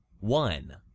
one